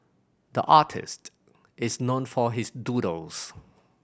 the artist is known for his doodles